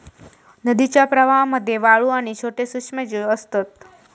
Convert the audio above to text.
नदीच्या प्रवाहामध्ये वाळू आणि छोटे सूक्ष्मजीव असतत